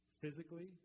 physically